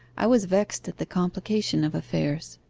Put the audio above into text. i was vexed at the complication of affairs.